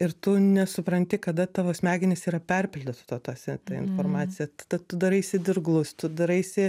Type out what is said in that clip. ir tu nesupranti kada tavo smegenys yra perpildųtautose ta informacija tada tu daraisi dirglus tu daraisi